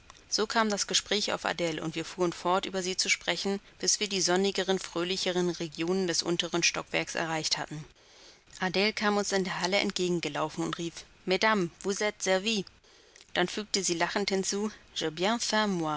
so kam das gespräch auf adele und wir fuhren fort über sie zu sprechen bis wir die sonnigeren fröhlicheren regionen des untern stockwerks erreicht hatten adele kam uns in der halle entgegen gelaufen und rief mesdames vous tes servies dann fügte sie lachend hinzu